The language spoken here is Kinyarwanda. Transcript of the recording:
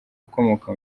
ukomoka